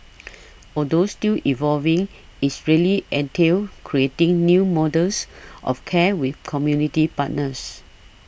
although still evolving is really entails creating new models of care with community partners